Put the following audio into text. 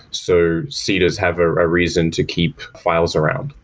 so seeders have a ah reason to keep files around.